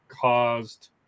caused